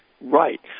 right